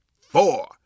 four